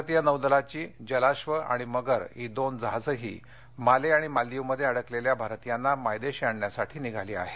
भारतीय नौदलाची जलाब आणि मगर ही दोन जहाजंही माले आणि मालदीवमध्ये अडकलेल्या भारतीयांना मायदेशी आणण्यासाठी निघाली आहेत